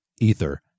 Ether